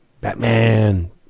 Batman